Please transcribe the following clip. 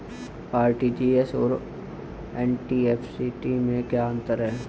RTGS और NEFT में क्या अंतर है?